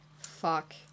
Fuck